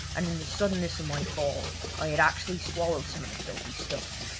and in the suddenness of my fall i had actually swallowed some of the filthy stuff,